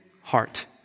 heart